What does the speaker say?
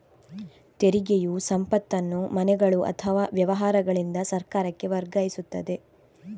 ತೆರಿಗೆಯು ಸಂಪತ್ತನ್ನು ಮನೆಗಳು ಅಥವಾ ವ್ಯವಹಾರಗಳಿಂದ ಸರ್ಕಾರಕ್ಕೆ ವರ್ಗಾಯಿಸುತ್ತದೆ